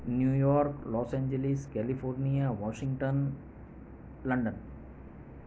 new York Los Angeles California Washington London